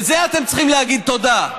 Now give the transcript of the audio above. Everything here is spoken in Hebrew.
לזה אתם צריכים להגיד תודה.